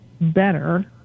better